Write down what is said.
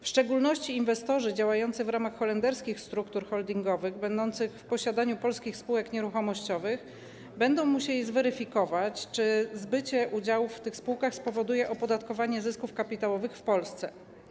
W szczególności inwestorzy działający w ramach holenderskich struktur holdingowych będących w posiadaniu polskich spółek nieruchomościowych będą musieli zweryfikować, czy zbycie udziałów w tych spółkach spowoduje opodatkowanie zysków kapitałowych w Polsce.